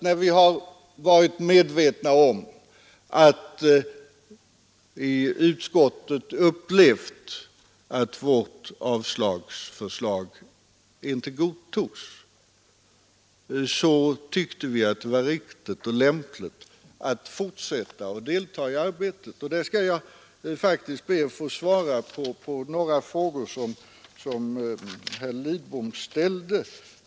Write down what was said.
När vi på moderat håll erfor att vårt avslagsyrkande inte godtogs i utskottet, tyckte vi att det var lämpligt och riktigt att ändå fortsätta att delta i arbetet. Jag skall i det här sammanhanget be att få svara på några av de frågor herr Lidbom ställde.